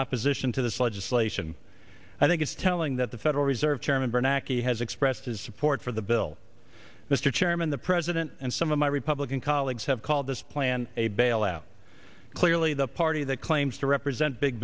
opposition to this legislation i think it's telling that the federal reserve chairman bernanke he has expressed his support for the bill mr chairman the president and some of my republican colleagues have called this plan a bailout clearly the party that claims to represent big